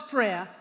Prayer